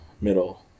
middle